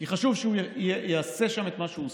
כי חשוב שהוא יעשה שם את מה שהוא עושה.